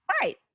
Right